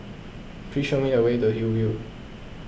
please show me the way Hillview